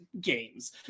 games